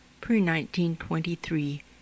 pre-1923